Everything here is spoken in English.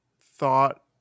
thought